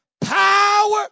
power